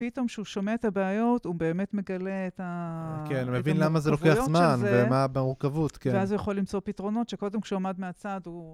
פתאום כשהוא שומע את הבעיות, הוא באמת מגלה את ה... מורכבויות של זה... - כן, מבין למה זה לוקח זמן. ומה במורכבות... כן... - ואז הוא יכול למצוא פתרונות, שקודם כשהוא עומד מהצד הוא...